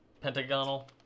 pentagonal